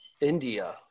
india